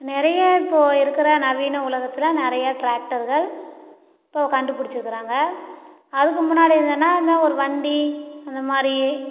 நிறைய இப்போ இருக்கிற நவீன உலகத்தில் நிறைய டிராக்டர்கள் இப்போ கண்டுபிடிச்சிருக்கிறாங்க அதுக்கு முன்னாடி என்னென்னா என்ன ஒரு வண்டி அந்த மாதிரி